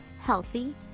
healthy